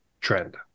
trend